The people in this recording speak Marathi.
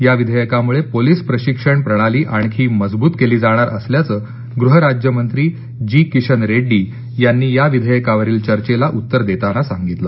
या विधेयकामुळे पोलीस प्रशिक्षण प्रणाली आणखी मजबूत केली जाणार असल्याचं गुह राज्यमंत्री जी किशन रेड़डी यांनी या विधेयकावरील चर्चेला उत्तर देताना सांगितलं